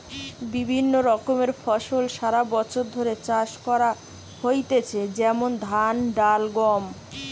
বিভিন্ন রকমের ফসল সারা বছর ধরে চাষ করা হইতেছে যেমন ধান, ডাল, গম